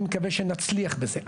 אני מקווה שנצליח בזה.